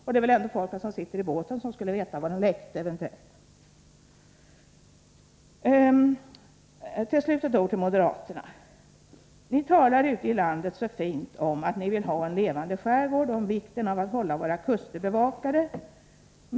Och det är väl ändå folket som sitter i båten som skulle veta var den eventuellt läcker. Till slut några ord till moderaterna. Ni talar ute i landet så fint om att ni vill ha en levande skärgård och om vikten av att hålla våra kuster bevakade.